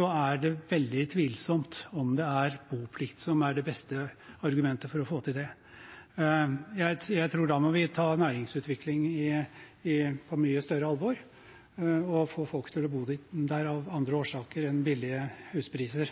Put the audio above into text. er det veldig tvilsomt om det er boplikt som er det beste argumentet for å få til det. Jeg tror at da må vi ta næringsutvikling på mye større alvor og få folk til å bo der av andre årsaker enn